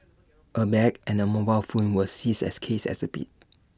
A bag and A mobile phone were seized as case exhibits